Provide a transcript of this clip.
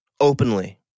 Openly